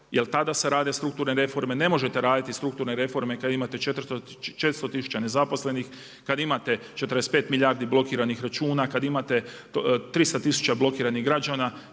jer tada se rade strukturne reforme. Ne možete raditi strukturne reforme kada imate 400 tisuća nezaposlenih, kada imate 45 milijardi blokiranih računa, kada imate 300 tisuća blokiranih građana,